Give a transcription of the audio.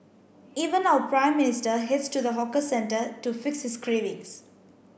even our Prime Minister heads to the hawker centre to fix his cravings